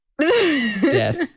Death